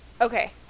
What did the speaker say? Okay